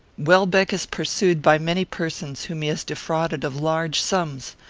welbeck is pursued by many persons whom he has defrauded of large sums.